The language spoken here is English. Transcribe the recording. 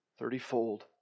Thirtyfold